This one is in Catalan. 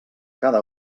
cada